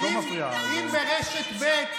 אם ברשת ב',